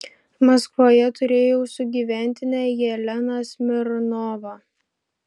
maskvoje turėjau sugyventinę jeleną smirnovą